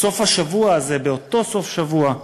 בסוף השבוע הזה, באותו סוף שבוע,